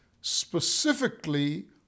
specifically